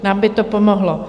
Nám by to pomohlo.